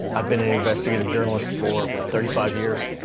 i've been an investigative journalist for thirty five years.